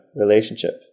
relationship